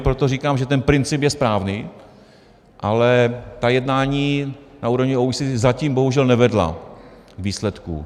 Proto říkám, že ten princip je správný, ale ta jednání na úrovni OECD zatím bohužel nevedla k výsledku.